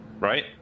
right